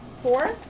Four